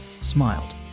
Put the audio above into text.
smiled